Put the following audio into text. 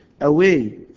away